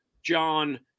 John